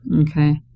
Okay